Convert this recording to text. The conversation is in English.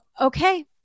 okay